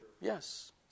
Yes